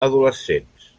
adolescents